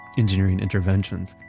engineering interventions.